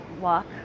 walk